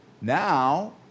now